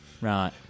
Right